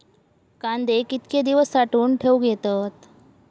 कांदे कितके दिवस साठऊन ठेवक येतत?